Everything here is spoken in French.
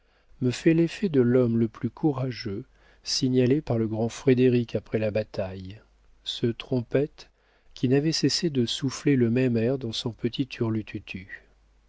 me fait l'effet de l'homme le plus courageux signalé par le grand frédéric après la bataille ce trompette qui n'avait cessé de souffler le même air dans son petit